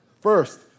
First